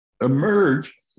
emerge